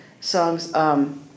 songs